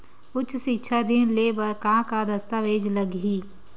उच्च सिक्छा ऋण ले बर का का दस्तावेज लगही?